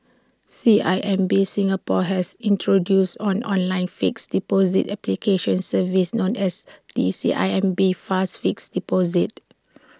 C I M B Singapore has introduced on online fixed deposit application service known as the C I M B fast fixed deposit